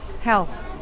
health